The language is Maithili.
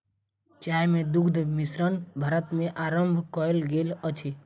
चाय मे दुग्ध मिश्रण भारत मे आरम्भ कयल गेल अछि